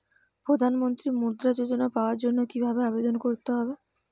প্রধান মন্ত্রী মুদ্রা যোজনা পাওয়ার জন্য কিভাবে আবেদন করতে হবে?